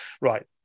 right